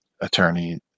attorney